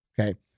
okay